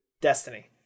Destiny